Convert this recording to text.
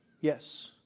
Yes